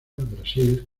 brasil